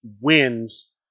wins